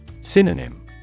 Synonym